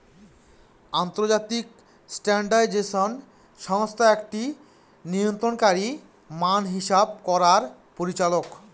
আন্তর্জাতিক স্ট্যান্ডার্ডাইজেশন সংস্থা একটি নিয়ন্ত্রণকারী মান হিসাব করার পরিচালক